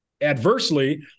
Adversely